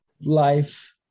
life